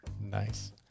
Nice